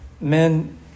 Men